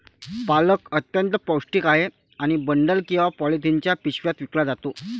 पालक अत्यंत पौष्टिक आहे आणि बंडल किंवा पॉलिथिनच्या पिशव्यात विकला जातो